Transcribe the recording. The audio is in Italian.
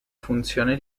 funzione